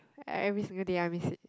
every single day I miss it